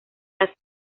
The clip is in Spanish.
las